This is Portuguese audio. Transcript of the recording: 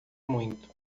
muito